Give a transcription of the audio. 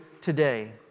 today